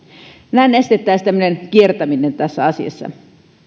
näin estettäisiin tämmöinen kiertäminen tässä asiassa